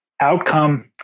outcome